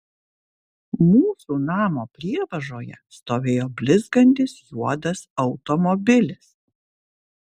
mūsų namo prievažoje stovėjo blizgantis juodas automobilis